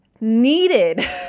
needed